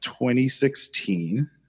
2016